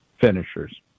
finishers